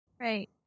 Right